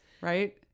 Right